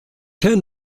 ten